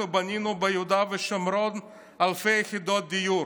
אנחנו בנינו ביהודה ושומרון אלפי יחידות דיור.